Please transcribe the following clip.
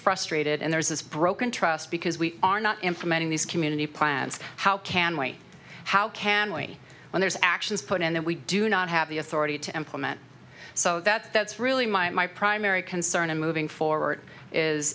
frustrated and there's this broken trust because we are not implementing these community plans how can we how can we when there's actions put in that we do not have the authority to implement so that that's really my primary concern in moving forward